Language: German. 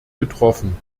getroffen